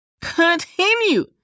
Continue